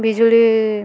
ବିଜୁଳି